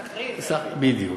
סחריר, בדיוק.